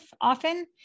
often